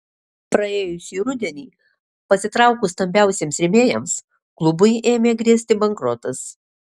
praėjusį rudenį pasitraukus stambiausiems rėmėjams klubui ėmė grėsti bankrotas